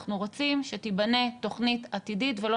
אנחנו רוצים שתיבנה תוכנית עתידית ולא